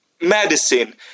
medicine